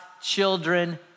children